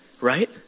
right